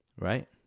right